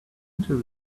into